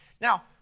Now